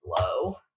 Low